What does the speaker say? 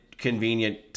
Convenient